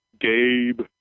Gabe